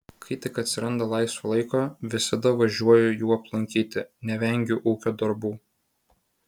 kai tik atsiranda laisvo laiko visada važiuoju jų aplankyti nevengiu ūkio darbų